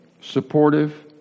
supportive